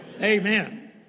Amen